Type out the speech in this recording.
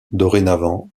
dorénavant